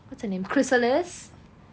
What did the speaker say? what's the name chrysalis